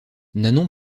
nanon